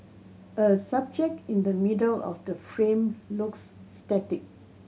a subject in the middle of the frame looks static